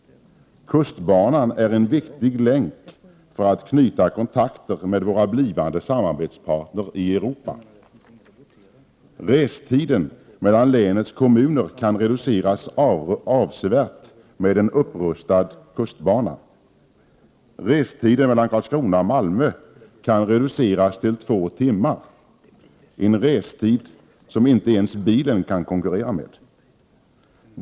Kustbanan är en viktig länk för att vi skall kunna knyta kontakter med våra blivande samarbetspartner i Europa. Restiden mellan länets kommuner kan reduceras avsevärt med en upprustad kustbana. Restiden mellan Karlskrona och Malmö kan reduceras till två timmar — en restid som inte ens bilen kan konkurrera med.